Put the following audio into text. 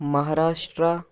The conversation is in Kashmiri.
مہاراشٹرا